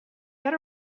get